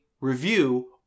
review